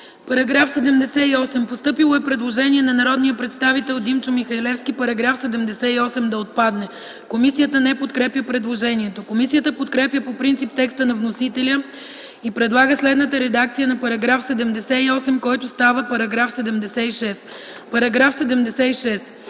ФИДОСОВА: Постъпило е предложение от народния представител Димчо Михалевски –§ 76 да отпадне. Комисията не подкрепя предложението. Комисията подкрепя по принцип текста на вносителя и предлага следната редакция на § 76, който става § 74: „§ 74.